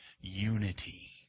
unity